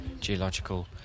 geological